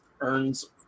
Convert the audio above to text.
earns